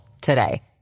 today